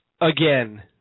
again